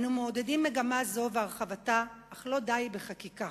אנו מעודדים מגמה זו והרחבתה, אך לא די בחקיקה.